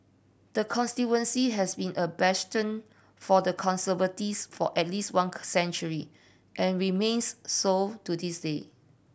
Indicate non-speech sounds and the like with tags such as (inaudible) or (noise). the constituency has been a bastion for the Conservatives for at least one (unintelligible) century and remains so to this day